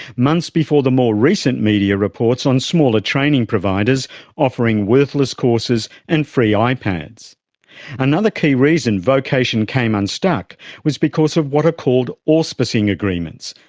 months before the more recent media reports on smaller training providers offering worthless courses and free ah ipads. another key reason vocation came unstuck was because of what are called auspicing agreements,